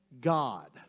God